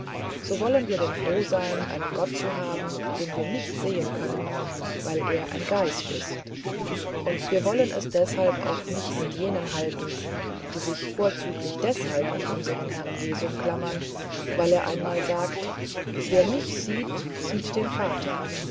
so wollen wir denn froh sein einen gott zu haben den wir nicht sehen können weil er ein geist ist und wir wollen es deshalb auch nicht mit jenen halten die sich vorzüglich deshalb an unseren herrn jesum klammern weil er einmal sagt wer mich sieht sieht den vater